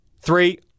Three